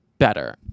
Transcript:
better